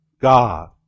God